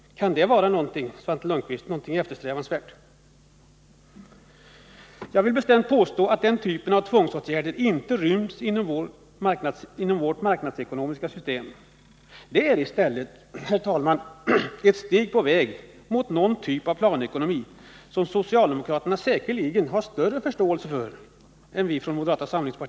Kan det, Svante Lundkvist, vara någonting eftersträvansvärt? Jag vill bestämt påstå att den typen av tvångsåtgärder inte ryms inom vårt marknadsekonomiska system. Det är i stället, herr talman, ett steg på väg mot någon typ av planekonomi, som socialdemokraterna säkerligen har större förståelse för än moderaterna.